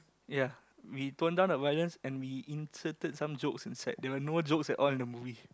ya we tone down the violence and we inserted some jokes inside there were no jokes at all inside the movie